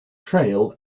trail